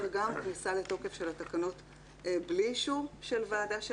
גם כניסה לתוקף של התקנות בלי אישור של ועדה של